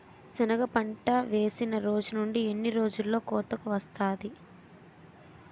సెనగ పంట వేసిన రోజు నుండి ఎన్ని రోజుల్లో కోతకు వస్తాది?